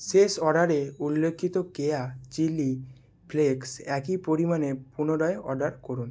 শেষ অর্ডারে উল্লিখিত কেয়া চিলি ফ্লেক্স একই পরিমাণে পুনরায় অর্ডার করুন